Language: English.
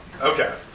Okay